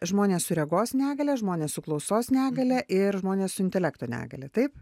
žmonės su regos negalia žmonės su klausos negalia ir žmonės su intelekto negalia taip